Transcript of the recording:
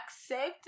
accept